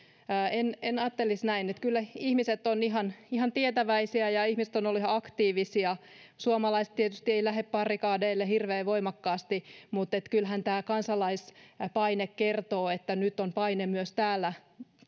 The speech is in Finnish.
en en ajattelisi näin kyllä ihmiset ovat ihan tietäväisiä ja ihmiset ovat olleet ihan aktiivisia suomalaiset tietysti eivät lähde barrikadeille hirveän voimakkaasti mutta kyllähän tämä kansalaispaine kertoo että nyt on paine myös täällä